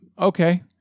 Okay